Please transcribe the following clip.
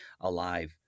alive